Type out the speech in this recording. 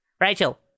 Rachel